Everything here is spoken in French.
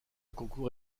concours